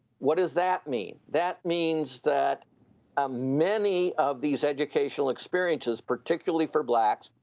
what does that mean? that means that ah many of these educational experiences, particularly for blacks,